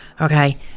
okay